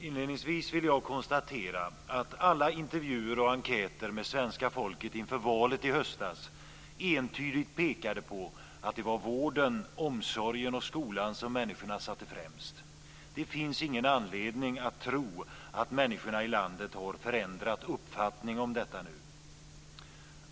Inledningsvis vill jag konstatera att alla intervjuer och enkäter med svenska folket inför valet i höstas entydigt pekade på att det var vården, omsorgen och skolan som människorna satte främst. Det finns ingen anledning att tro att människorna i landet har förändrat uppfattning om detta nu.